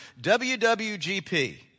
WWGP